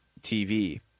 TV